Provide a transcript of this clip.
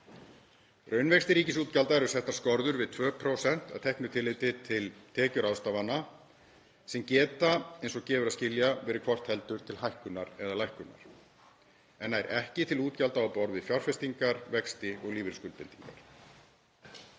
Raunvexti ríkisútgjalda eru settar skorður við 2%, að teknu tilliti til tekjuráðstafana, sem geta eins og gefur að skilja verið hvort heldur til hækkunar eða lækkunar, en nær ekki til útgjalda á borð við fjárfestingar, vexti og lífeyrisskuldbindingar.